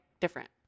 different